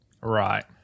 Right